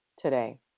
today